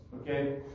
okay